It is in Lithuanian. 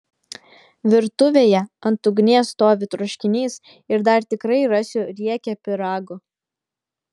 virtuvėje ant ugnies stovi troškinys ir dar tikrai rasiu riekę pyrago